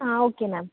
ആ ഓക്കെ മാം